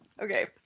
okay